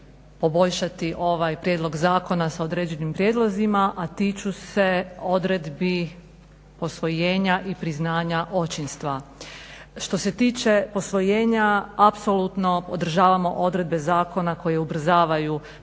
poboljšati ovaj prijedlog zakona s određenim prijedlozima, a tiču se odredbi posvojenja i priznanja očinstva. Što se tiče posvojenja apsolutno podržavamo odredbe zakona koji ubrzavaju postupak,